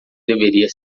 deveria